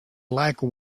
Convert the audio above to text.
like